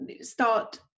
start